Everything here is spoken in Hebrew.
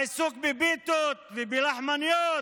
העיסוק בפיתות ובלחמניות?